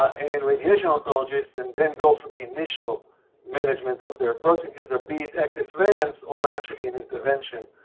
and radiation oncologist, and then go for the initial management of their prostate cancer. be it active surveillance or actually an intervention